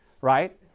right